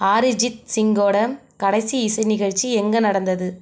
ஆரிஜித் சிங்கோட கடைசி இசை நிகழ்ச்சி எங்கே நடந்தது